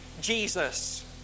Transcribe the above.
Jesus